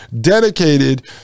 dedicated